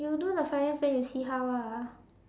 you do the finance then you see how ah